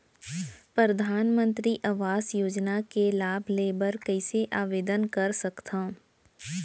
परधानमंतरी आवास योजना के लाभ ले बर कइसे आवेदन कर सकथव?